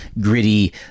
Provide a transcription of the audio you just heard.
gritty